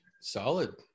Solid